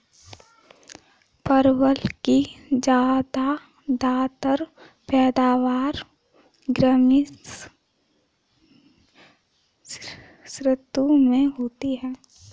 परवल की ज्यादातर पैदावार ग्रीष्म ऋतु में होती है